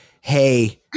Hey